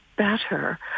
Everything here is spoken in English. better